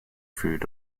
food